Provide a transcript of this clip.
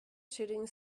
shooting